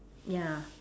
ya